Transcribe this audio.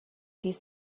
these